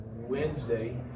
Wednesday